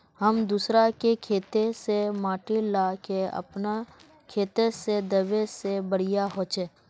हम दूसरा के खेत से माटी ला के अपन खेत में दबे ते बढ़िया होते?